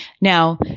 Now